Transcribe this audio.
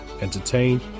entertain